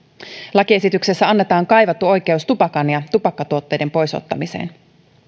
lakiesityksessä annetaan kaivattu oikeus tupakan ja tupakkatuotteiden pois ottamiseen